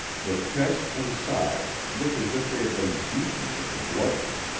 the chest and sides looked as if they had been beaten with a bludgeon.